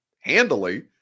handily